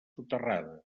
soterrada